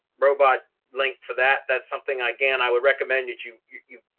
robot link for that. that's something again, i would recommend that you you,